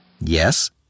Yes